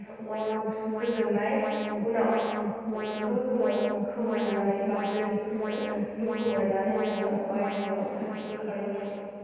अर फोजोंनाय उनाव अरखौ जोङो खोमोरनानै बा दैफोरजों लुखुमोरनानै जोङो बायजोआव ओंखारनांगौ